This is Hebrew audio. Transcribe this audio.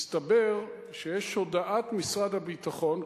הסתבר שיש הודעת משרד הביטחון,